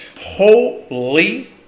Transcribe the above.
Holy